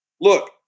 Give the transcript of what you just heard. Look